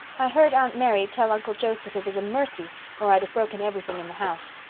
i heard aunt mary tell uncle joseph it was a mercy or i'd have broken everything in the house.